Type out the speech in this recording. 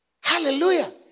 Hallelujah